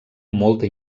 molta